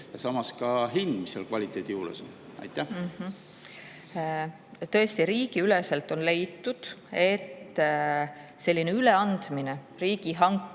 ja samas ka hind, mis seal kvaliteedi juures on. Tõesti, riigiüleselt on leitud, et selline üleandmine, riigihanke